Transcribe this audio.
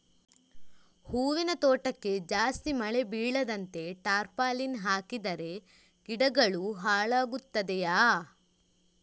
ಹೂವಿನ ತೋಟಕ್ಕೆ ಜಾಸ್ತಿ ಮಳೆ ಬೀಳದಂತೆ ಟಾರ್ಪಾಲಿನ್ ಹಾಕಿದರೆ ಗಿಡಗಳು ಹಾಳಾಗುತ್ತದೆಯಾ?